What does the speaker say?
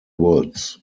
woods